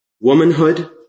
Womanhood